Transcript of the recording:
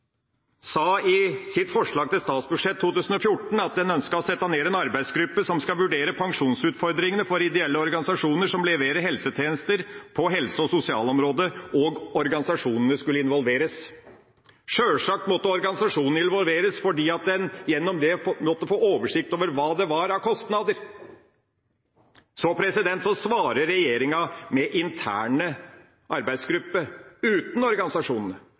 sa i sitt forslag til statsbudsjett for 2014 at den ønsket å sette ned en arbeidsgruppe som skulle vurdere pensjonsutfordringene for ideelle organisasjoner som leverer helsetjenester på helse- og sosialområdet, og organisasjonene skulle involveres. Sjølsagt måtte organisasjonene involveres, for at en gjennom det skulle få oversikt over hva som var av kostnader. Så svarer regjeringa med interne arbeidsgrupper uten organisasjonene.